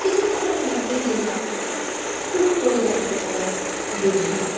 কিছুক্ষণের মধ্যেই দেখলাম টুপ করে জলের তলায় ডুব দিল